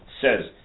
says